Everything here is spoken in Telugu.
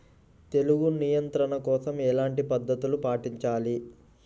తెగులు నియంత్రణ కోసం ఎలాంటి పద్ధతులు పాటించాలి?